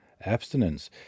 abstinence